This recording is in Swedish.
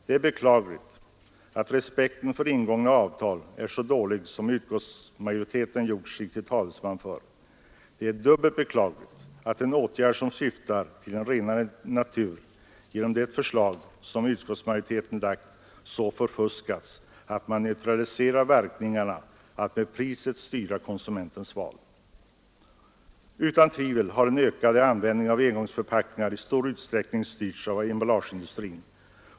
Det är beklagligt att respekten för ingångna avtal är så dålig som utskottsmajoriteten nu har visat. Det är dubbelt beklagligt att den åtgärd som syftar till en renare natur genom det förslag som utskottsmajoriteten lagt så förfuskas att man neutraliserat möjligheten att med priset styra konsumentens val. Utan tvivel har den ökade användningen av engångsförpackningar i stor utsträckning styrts av emballageindustrin.